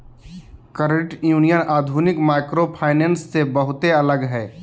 credit union आधुनिक microfinance से बहुते अलग हय